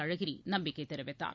அழகிரி நம்பிக்கை தெரிவித்தார்